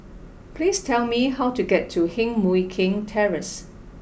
please tell me how to get to Heng Mui Keng Terrace